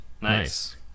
Nice